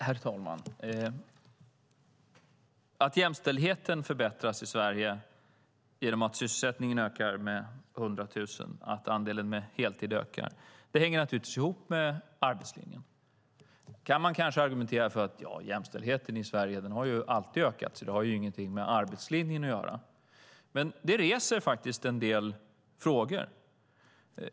Herr talman! Att jämställdheten förbättras i Sverige genom att sysselsättningen ökar med 100 000 och att andelen med heltid ökar hänger naturligtvis ihop med arbetslinjen. Då kan man kanske argumentera genom att säga: Jämställdheten i Sverige har alltid ökat, så det har ingenting med arbetslinjen att göra. Men det reser faktiskt en del frågor.